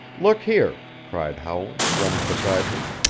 look here, cried howland, running beside him.